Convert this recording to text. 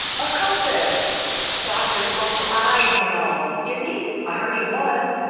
occultist doctors folks' eyes, you know. is he? i heard he was.